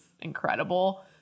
incredible